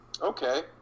okay